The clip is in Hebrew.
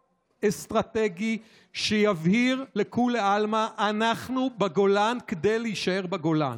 גיאו-אסטרטגי שיבהיר לכולי עלמא: אנחנו בגולן כדי להישאר בגולן.